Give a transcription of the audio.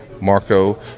Marco